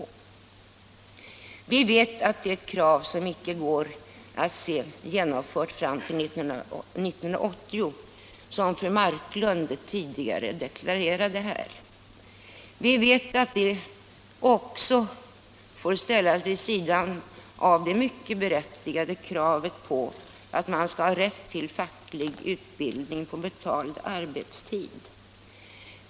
Vi vet att det är ett krav som det inte går att få genomfört före 1980, vilket fru Marklund tidigare deklarerade. Vi vet att det också får ställas vid sidan av det mycket berättigade kravet på att man skall ha rätt till facklig utbildning på betald arbetstid.